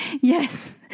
Yes